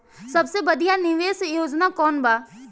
सबसे बढ़िया निवेश योजना कौन बा?